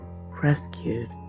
rescued